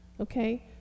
Okay